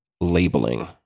labeling